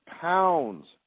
pounds